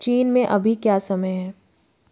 चीन में अभी क्या समय है